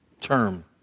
term